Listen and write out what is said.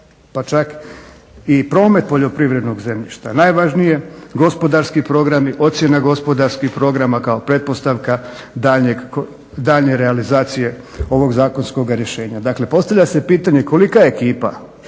pa čak i promet poljoprivrednog zemljišta, a najvažnije gospodarski programi, ocjena gospodarskih programa kao pretpostavka daljnje realizacije ovog zakonskoga rješenja. Dakle, postavlja se pitanje kolika ekipa